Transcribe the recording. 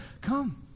come